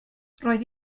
roedd